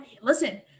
listen